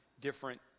different